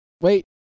wait